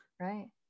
Right